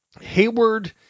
Hayward